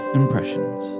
impressions